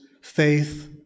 faith